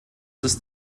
ist